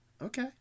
Okay